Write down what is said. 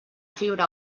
fibra